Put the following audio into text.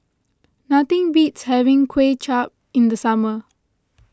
nothing beats having Kuay Chap in the summer